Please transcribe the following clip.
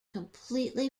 completely